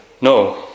No